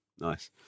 nice